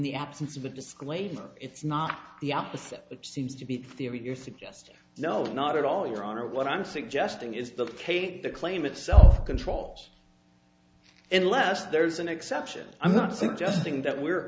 the absence of a disclaimer it's not the opposite which seems to be theory you're suggesting no not at all your honor what i'm suggesting is the cake the claim itself controls and last there's an exception i'm not suggesting that we're